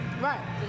Right